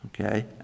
okay